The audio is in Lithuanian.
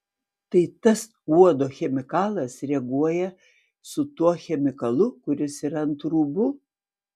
tai tas uodo chemikalas reaguoja su tuo chemikalu kuris yra ant rūbų